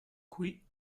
qui